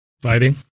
Fighting